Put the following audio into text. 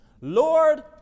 Lord